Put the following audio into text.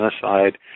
genocide